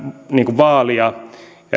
vaalia